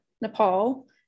nepal